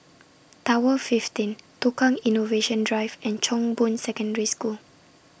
Tower fifteen Tukang Innovation Drive and Chong Boon Secondary School